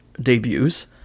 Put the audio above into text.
debuts